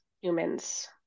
humans